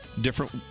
different